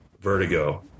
Vertigo